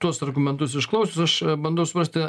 tuos argumentus išklausius aš bandau suprasti